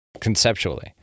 conceptually